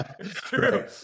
true